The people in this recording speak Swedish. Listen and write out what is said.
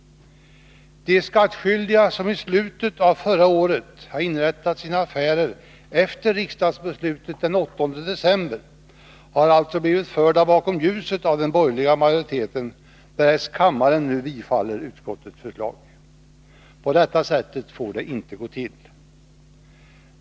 De skattskyldiga som i slutet av förra året inrättade sina affärer efter riksdagsbeslutet den 8 december har alltså blivit förda bakom ljuset av den borgerliga majoriteten, därest kammaren nu bifaller utskottets förslag. På detta sätt får det inte gå till.